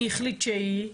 מי החליט שהיא,